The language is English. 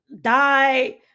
die